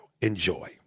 Enjoy